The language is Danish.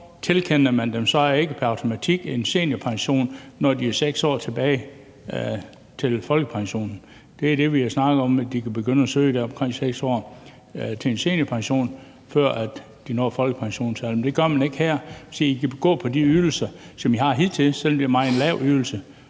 tilkender man dem så ikke pr. automatik en seniorpension, når de har 6 år tilbage til folkepensionen? Det er det, vi har snakket om, altså at de kan begynde at søge en seniorpension, omkring 6 år før de når folkepensionsalderen. Men det gør man ikke her. Man siger, at de kan gå på de ydelser, som de har gjort hidtil, selv om det er meget lave ydelser,